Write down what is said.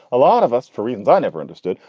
a lot of us, for reasons i never understood,